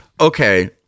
Okay